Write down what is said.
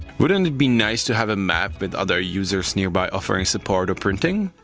wouldn't it be nice to have a map with other users nearby offering support or printing,